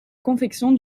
confection